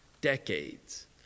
decades